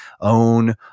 own